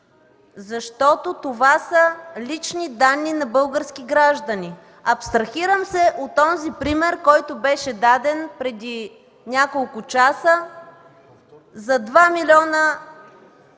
защото това са лични данни на български граждани. Абстрахирам се от онзи пример, който беше даден преди няколко часа за два милиона